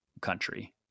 country